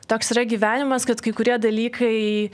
toks yra gyvenimas kad kai kurie dalykai